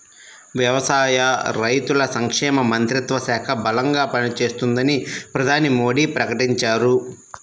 వ్యవసాయ, రైతుల సంక్షేమ మంత్రిత్వ శాఖ బలంగా పనిచేస్తుందని ప్రధాని మోడీ ప్రకటించారు